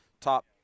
top